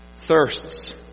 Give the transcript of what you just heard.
thirsts